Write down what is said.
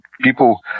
people